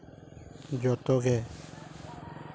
ᱡᱚᱛᱚᱜᱮ